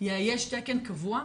יאייש תקן קבוע,